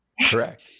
Correct